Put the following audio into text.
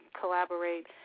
collaborate